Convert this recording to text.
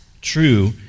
true